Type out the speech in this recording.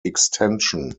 extension